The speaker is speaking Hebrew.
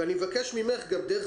אני מבקש ממך שתעדכני אותנו גם דרך